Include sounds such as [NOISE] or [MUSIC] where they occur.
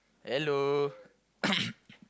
hello [COUGHS]